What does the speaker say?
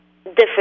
different